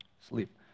Sleep